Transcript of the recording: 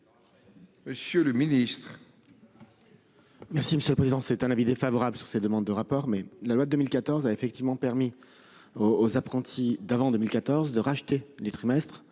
monsieur le ministre,